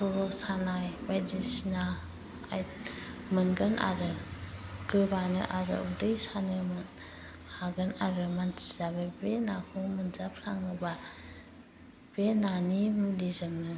खर' सानाय बायदिसिना मोनगोन आरो गोबानो आरो उदै सानो हागोन आरो मानसियाबो बे नाखौ मोनजाफ्लाङोब्ला बे नानि मुलिजोंनो